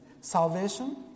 salvation